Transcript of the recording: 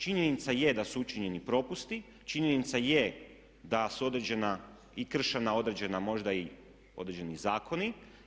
Činjenica je da su učinjeni propusti, činjenica je da su određena i kršena određena možda i određeni zakoni.